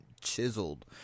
chiseled